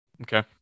Okay